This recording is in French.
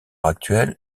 actuel